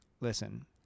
listen